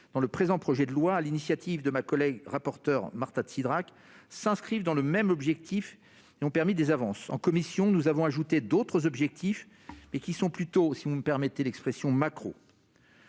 dans le présent projet de loi sur l'initiative de ma collègue rapporteure Marta de Cidrac s'inscrivent dans la même logique et ont permis des avancées. En commission, nous avons ajouté d'autres objectifs, mais plutôt au niveau « macro », si vous me permettez l'expression.